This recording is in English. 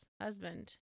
husband